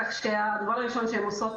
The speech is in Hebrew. כך שהדבר הראשון שהן עושות,